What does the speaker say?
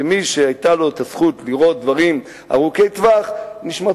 כמי שהיתה לו הזכות לראות דברים לטווח ארוך,